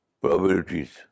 probabilities